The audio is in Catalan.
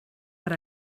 per